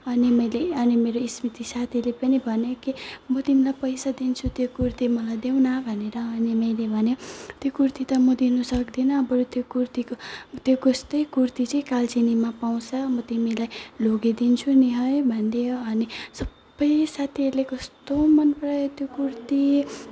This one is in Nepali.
अनि मैले अनि मेरो स्मृति साथीले पनि भन्यो कि म तिमलाई पैसा दिन्छु त्यो कुर्ती मलाई देउन भनेर अनि मैले भनेँ त्यो कुर्ती त म दिनु सक्दिनँ बरू त्यो कुर्ती त्यो जस्तै कुर्ती चाहिँ कालचिनीमा पाउँछ म तिमीलाई लगिदिन्छु नि है भनिदिएँ अनि सबै साथीहरूले कस्तो मनपरायो त्यो कुर्ती